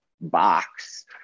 box